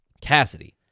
Cassidy